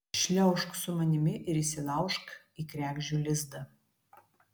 šliaužk su manimi ir įsilaužk į kregždžių lizdą